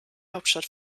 hauptstadt